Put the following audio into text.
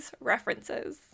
references